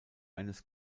eines